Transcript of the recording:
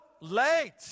late